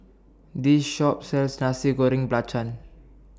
This Shop sells Nasi Goreng Belacan